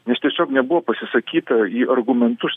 nes tiesiog nebuvo pasisakyta į argumentus